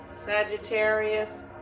Sagittarius